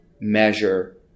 measure